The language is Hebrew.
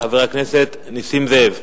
חבר הכנסת נסים זאב.